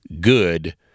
good